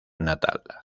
natal